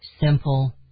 simple